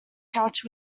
coach